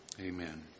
Amen